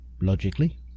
logically